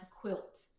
quilt